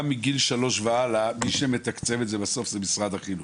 גם מגיל שלוש והלאה מי שמתקצב את זה בסוף זה משרד החינוך,